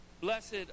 Blessed